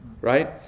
right